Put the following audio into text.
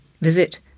visit